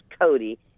Cody